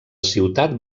ciutat